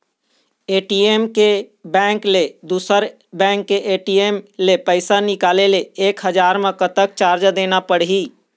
ATM के bank ले दुसर बैंक के ए.टी.एम ले पैसा निकाले ले एक हजार मा कतक चार्ज देना पड़ही?